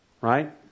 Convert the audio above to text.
right